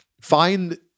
Find